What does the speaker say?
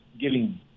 giving